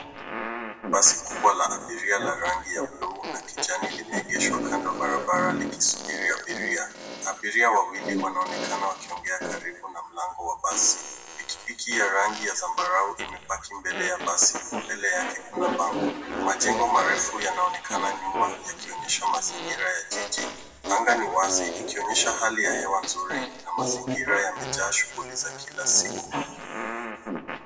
Basi kubwa la abiria la rangi ya buluu na kijani limeegeshwa kando ya barabara likisubiri abiria. Abiria wawili wanaonekana wakiongea karibu na mlango wa basi. Pikipiki ya rangi ya zambarau imebaki mbele ya basi na mbele yake. Majengo marefu yanaonekana nyuma yakionyesha mazingira ya jiji. Anga ni wazi ikionyesha hali ya hewa nzuri na mazingira yamejaa shughuli za Kila siku.